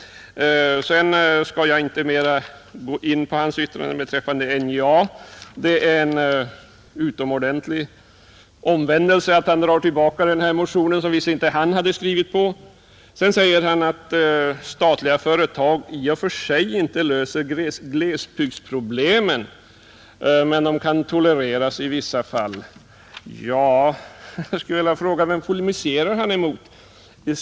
Jag skall sedan inte gå in mer på hans yttrande beträffande NJA. Det är en utomordentlig omvändelse att han drar tillbaka motionen, som visst han inte hade skrivit på. Herr Bohman säger vidare att statliga företag i och för sig inte löser glesbygdsproblemen, men de kan tolereras i vissa fall. Jag skulle vilja fråga: Vem polemiserar herr Bohman emot?